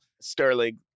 Sterling